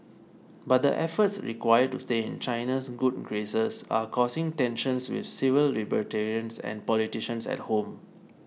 but the efforts required to stay in China's good graces are causing tensions with civil libertarians and politicians at home